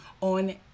on